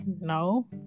No